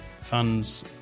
funds